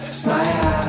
smile